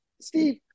Steve